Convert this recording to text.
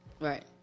Right